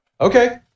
Okay